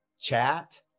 chat